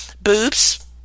Boobs